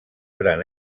gran